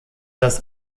das